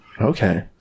Okay